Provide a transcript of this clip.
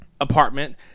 apartment